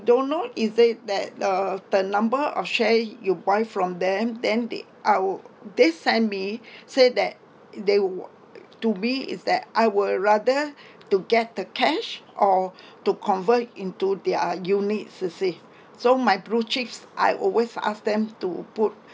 don't know is it that uh the number of share you buy from them then they I will they send me say that they would to me is that I will rather to get the cash or to convert into their units so see so my blue chips I always ask them to put